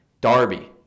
Darby